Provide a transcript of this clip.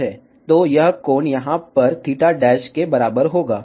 तो यह कोण यहाँ पर थीटा डैश के बराबर होगा